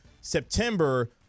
september